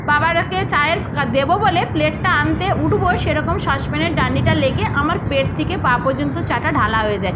বাবারকে চায়ের কা দেবো বলে প্লেটটা আনতে উটবো সেরকম সসপেনের ডান্ডিটা লেগে আমার পেট থেকে পা পর্যন্ত চাটা ঢালা হয়ে যায়